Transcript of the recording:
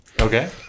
Okay